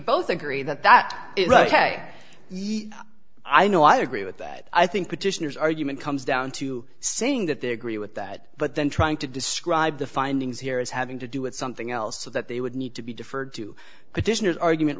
both agree that that is ok yes i know i agree with that i think petitioners argument comes down to saying that they agree with that but then trying to describe the findings here as having to do with something else so that they would need to be deferred to petitioners argument